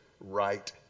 right